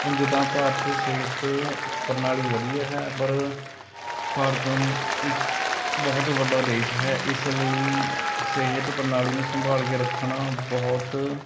ਉਂਝ ਤਾਂ ਭਾਰਤ ਸਿਹਤ ਪ੍ਰਣਾਲੀ ਵਧੀਆ ਹੈ ਪਰ ਭਾਰਤ ਨੂੰ ਇੱਕ ਬਹੁਤ ਵੱਡਾ ਦੇਸ਼ ਹੈ ਇਸ ਲਈ ਸਿਹਤ ਪ੍ਰਣਾਲੀ ਨੂੰ ਸੰਭਾਲ ਕੇ ਰੱਖਣਾ ਬਹੁਤ